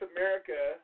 America